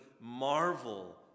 marvel